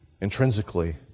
intrinsically